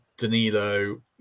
Danilo